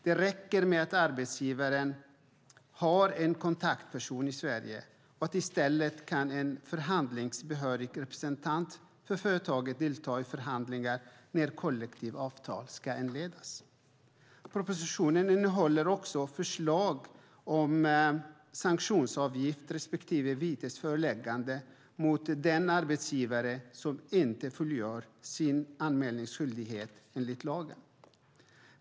Det räcker med att arbetsgivaren har en kontaktperson i Sverige och att en förhandlingsbehörig representant för företaget i stället kan delta i förhandlingar när kollektivavtal ska inledas. Propositionen innehåller också förslag om sanktionsavgift respektive vitesföreläggande mot den arbetsgivare som inte fullgör sin anmälningsskyldighet enligt lagen.